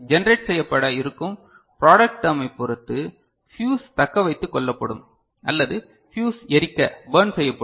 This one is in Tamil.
ஜெனரேட் செய்யப்பட இருக்கும் ப்ராடெக்ட் டெர்மை பொறுத்து ஃபியுஸ் தக்க வைத்துக் கொள்ளப்படும் அல்லது ஃபியுஸ் எரிக்க பர்ன் செய்யப்படும்